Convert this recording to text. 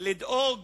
לדאוג